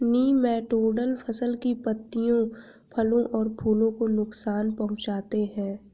nematode फसल की पत्तियों फलों और फूलों को नुकसान पहुंचाते हैं